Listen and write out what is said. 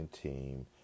team